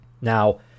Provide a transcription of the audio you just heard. Now